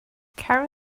carol